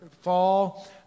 fall